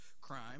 crime